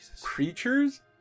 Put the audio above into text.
creatures